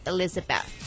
Elizabeth